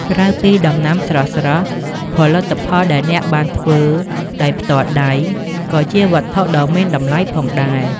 ក្រៅពីដំណាំស្រស់ៗ ផលិតផលដែលអ្នកបានធ្វើដោយផ្ទាល់ដៃ ក៏ជាវត្ថុដ៏មានតម្លៃផងដែរ។